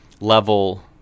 level